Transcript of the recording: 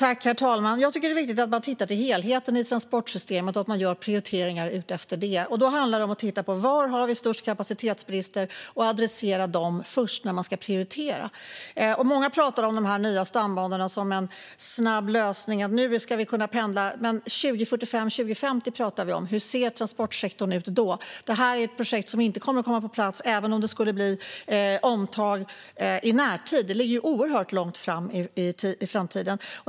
Herr talman! Det är viktigt att man tittar på helheten i transportsystemet och gör prioriteringar utifrån det. Då handlar det om att titta på var vi har störst kapacitetsbrister och att adressera dem först när man ska prioritera. Många pratar om de nya stambanorna som en snabb lösning och som att vi nu kommer att kunna pendla. Men vi pratar om 2045, 2050. Hur ser transportsektorn ut då? Detta är ett projekt som inte kommer att komma på plats nu även om det skulle bli omtag i närtid. Det ligger oerhört långt fram i tiden.